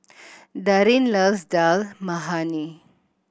Darrin loves Dal Makhani